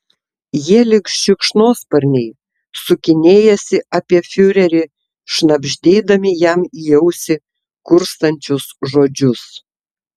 jie lyg šikšnosparniai sukinėjasi apie fiurerį šnabždėdami jam į ausį kurstančius žodžius